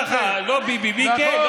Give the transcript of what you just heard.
הוא אומר לך: לא ביבי, מי כן?